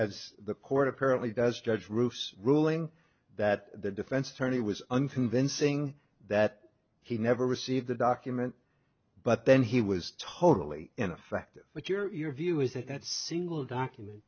as the court apparently does judge reuss ruling that the defense attorney was unconvincing that he never received the document but then he was totally ineffective but your view is that that single document